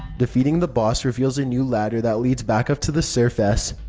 defeating the boss reveals a new ladder that leads back up to the surface.